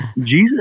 Jesus